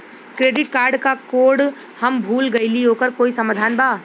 Credit card क code हम भूल गइली ओकर कोई समाधान बा?